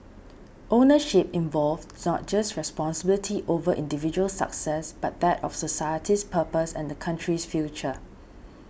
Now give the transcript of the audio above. ownership involved not just responsibility over individual success but that of society's purpose and the country's future